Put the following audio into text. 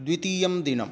द्वितीयं दिनम्